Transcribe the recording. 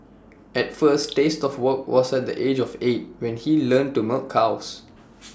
his first taste of work was at the age of eight when he learned to milk cows